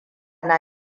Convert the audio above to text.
na